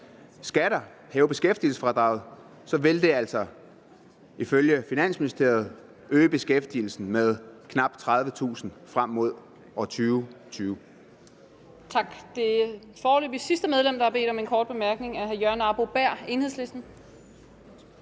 skatter, hæve beskæftigelsesfradraget, så ville det altså ifølge Finansministeriet øge beskæftigelsen med knap 30.000 frem mod år 2020.